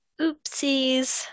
oopsies